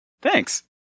Thanks